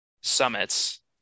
summits